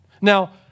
Now